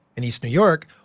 in east new york,